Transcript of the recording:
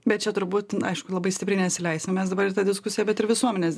bet čia turbūt aišku labai stipriai nesileisim mes dabar ir tą diskusiją bet ir visuomenės